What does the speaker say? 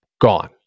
Gone